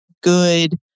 good